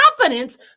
confidence